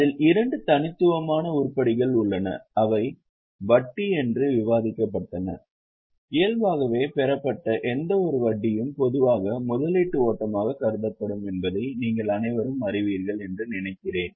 அதில் இரண்டு தனித்துவமான உருப்படிகள் உள்ளன அவை வட்டி என்றும் விவாதிக்கப்பட்டன இயல்பாகவே பெறப்பட்ட எந்தவொரு வட்டியும் பொதுவாக முதலீட்டு ஓட்டமாக கருதப்படும் என்பதை நீங்கள் அனைவரும் அறிவீர்கள் என்று நினைக்கிறேன்